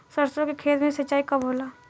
सरसों के खेत मे सिंचाई कब होला?